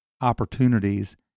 opportunities